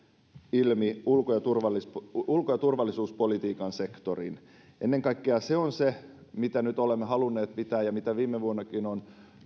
ilmi tuodun ulko ja turvallisuuspolitiikan sektorin ennen kaikkea se on se mitä nyt olemme halunneet pitää ja mitä viime vuonnakin on